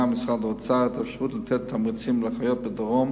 ומשרד האוצר את האפשרות לתת תמריצים לאחיות בדרום